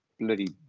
bloody